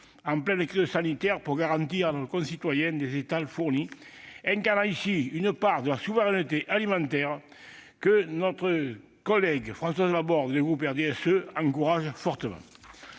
en pleine crise sanitaire, pour garantir à nos concitoyens des étals fournis, incarnant ainsi une part de la souveraineté alimentaire que notre collègue du groupe du RDSE, Françoise Laborde, encourage fermement.